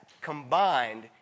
combined